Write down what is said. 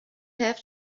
have